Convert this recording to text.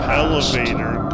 elevator